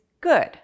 good